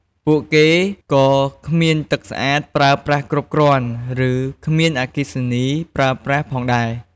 ពួកគេក៏គ្មានទឹកស្អាតប្រើប្រាស់គ្រប់គ្រាន់ ឬ គ្មានអគ្គិសនី ប្រើប្រាស់ផងដែរ។